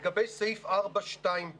לגבי סעיף 4(2)(ב),